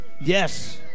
Yes